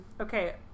Okay